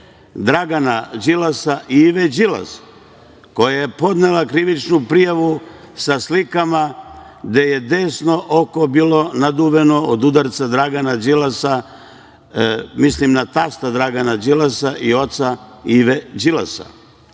Dragana Đilasa Ive Đilas, koja je podnela krivičnu prijavu sa slikama gde joj je desno oko bilo naduveno od udarca Dragana Đilasa, mislim na tasta Dragana Đilasa i oca Ive Đilas.